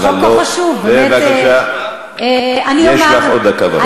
החוק הוא חשוב, באמת, יש לך עוד דקה ורבע.